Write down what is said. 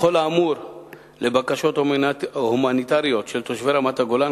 בכל האמור בבקשות הומניטריות של תושבי רמת-הגולן,